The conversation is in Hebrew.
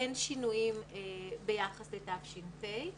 אין שינויים ביחס לתש"ף.